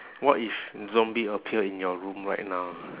what if zombie appear in your room right now